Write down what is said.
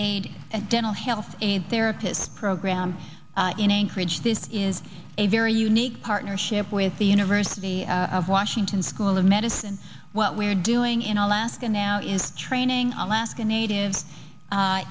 aid and dental health aide therapists program in anchorage this is a very unique partnership with the university of washington school of medicine what we're doing in alaska now is training alaska native